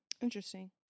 Interesting